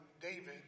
David